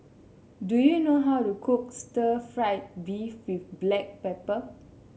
do you know how to cook Stir Fried Beef with Black Pepper